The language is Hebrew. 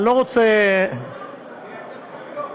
בימים, אני לא רוצה, לייצר ציפיות.